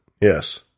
yes